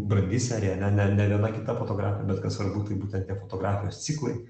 brandi serija ne ne ne viena kita fotografija bet kad svarbu tai būtent tie fotografijos ciklai